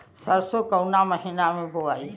सरसो काउना महीना मे बोआई?